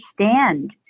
understand